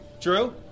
Drew